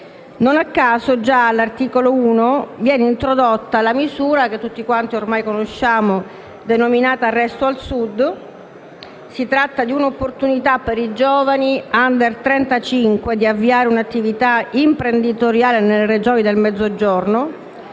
Non a caso già all'articolo 1 viene introdotta la misura, che tutti ormai conosciamo, denominata «Resto al Sud». Si tratta dell'opportunità per i giovani *under* 35 di avviare un'attività imprenditoriale nelle Regioni del Mezzogiorno